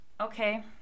okay